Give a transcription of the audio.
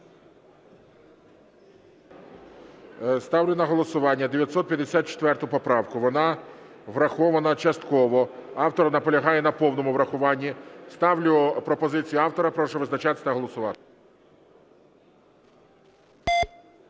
Ставлю на голосування 954 поправку, вона врахована частково, автор наполягає на повному врахуванні, ставлю пропозицію автора. Прошу визначатись та голосувати.